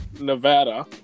Nevada